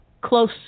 close